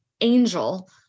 angel